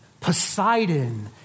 Poseidon